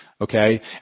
okay